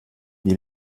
die